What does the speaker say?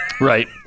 Right